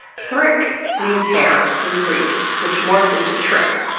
thrix means hair in greek, which morphed into trich,